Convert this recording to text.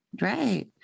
Right